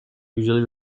usually